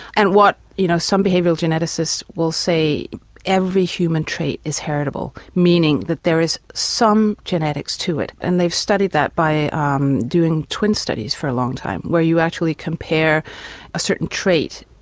and what you know some behavioural geneticists will say every human trait is heritable meaning that there is some genetics to it. and they've studied that by um doing twin studies for a long time where you actually compare a certain trait,